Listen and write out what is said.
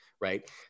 right